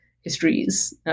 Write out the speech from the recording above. histories